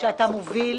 שאתה מוביל